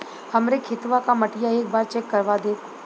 हमरे खेतवा क मटीया एक बार चेक करवा देत?